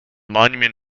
monument